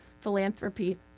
philanthropy